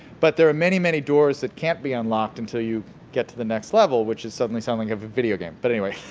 but there are many, many doors that can't be unlocked until you get to the next level, which is suddenly sounding like a video game, but anyway.